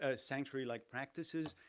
ah sanctuary-like practices,